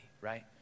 right